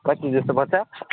कति जस्तो पर्छ